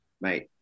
Mate